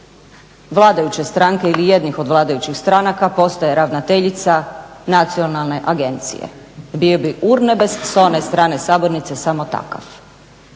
vladajuće stranke ili jedne od vladajućih stranaka postaje ravnateljica nacionalne agencije. Bio bi urnebes s one strane sabornice samo takav.